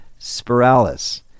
spiralis